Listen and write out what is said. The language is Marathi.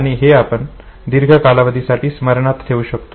आणि हे आपण दीर्घ कालावधीसाठी स्मरणात ठेवू शकतो